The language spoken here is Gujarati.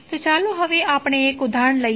તો ચાલો હવે આપણે 1 ઉદાહરણ લઈએ